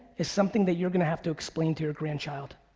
is something that you're gonna have to explain to your grandchild.